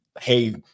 hey –